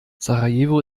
sarajevo